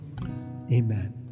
Amen